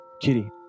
Kitty